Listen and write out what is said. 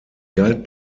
galt